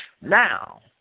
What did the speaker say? now